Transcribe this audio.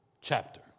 chapter